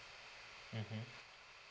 mmhmm